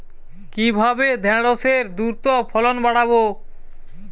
কিভাবে ঢেঁড়সের দ্রুত ফলন বাড়াব?